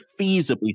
feasibly